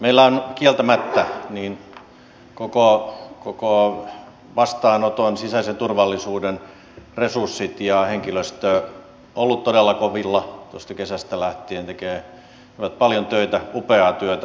meillä ovat kieltämättä koko vastaanoton sisäisen turvallisuuden resurssit ja henkilöstö olleet todella kovilla tuosta kesästä lähtien tekevät paljon töitä upeaa työtä